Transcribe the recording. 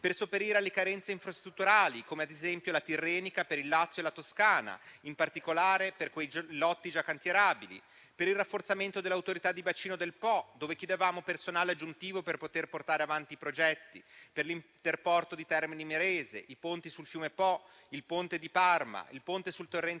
per sopperire alle carenze infrastrutturali, come ad esempio la Tirrenica per il Lazio e la Toscana, in particolare per quei lotti già cantierabili ; per il rafforzamento dell'Autorità di bacino del Po, dove chiedevamo personale aggiuntivo per poter portare avanti i progetti ; per l'interporto di Termini Imerese ; i ponti sul fiume Po, il ponte di Parma, il ponte sul torrente